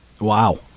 Wow